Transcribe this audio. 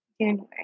January